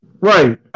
Right